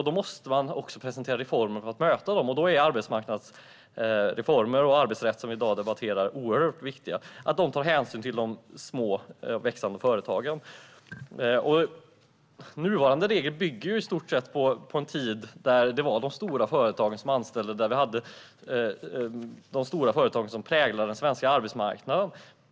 Då måste man också presentera reformer för att möta dem. Det är oerhört viktigt att arbetsmarknadsreformer och arbetsrätt, som vi i dag debatterar, tar hänsyn till de små och växande företagen. Nuvarande regler bygger i stort sett på en tid då det var de stora företagen som anställde och där de stora företagen präglade den svenska arbetsmarknaden.